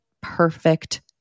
perfect